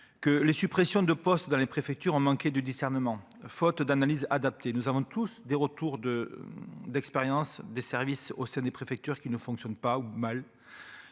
que les suppressions de postes dans les préfectures ont manqué de discernement, faute d'analyse adapté, nous avons tous des retours de d'expérience des services au sein des préfectures qui ne fonctionne pas ou mal